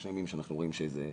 יש ימים שאנחנו רואים שזה יורד.